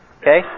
Okay